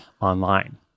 online